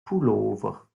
pullover